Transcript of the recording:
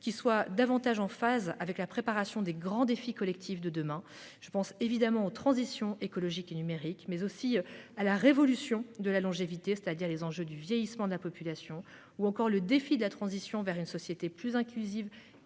qui soient plus en phase avec la préparation des grands défis collectifs de demain. Je pense évidemment aux transitions écologiques et numériques, mais également à la révolution de la longévité, c'est-à-dire aux enjeux du vieillissement de la population, au défi de la transition vers une société plus inclusive et plus